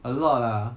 a lot lah